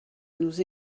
nous